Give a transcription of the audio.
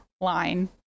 line